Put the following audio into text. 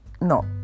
no